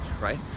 right